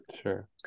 Sure